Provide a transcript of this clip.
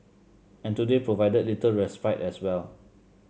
and today provided little respite as well